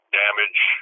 damage